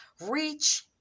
Reach